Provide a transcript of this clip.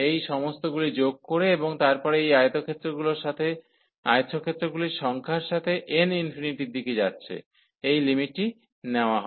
এই সমস্তগুলি যোগ করে এবং তারপরে এই আয়তক্ষেত্রগুলির সংখ্যার সাথে n ইনফিনিটির দিকে যাচ্ছে এই লিমিটটি নেওয়া হয়